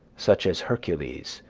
such as hercules,